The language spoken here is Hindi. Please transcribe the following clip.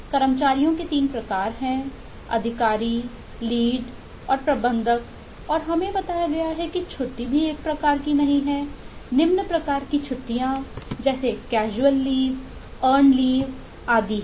कर्मचारियों के 3 प्रकार हैं अधिकारियों लीड्स और प्रबंधक और हमें बताया गया है कि छुट्टी भी एक प्रकार की नहीं हैनिम्न प्रकार की छुट्टीयां कैजुअल लीव हैं